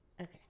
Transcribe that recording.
Okay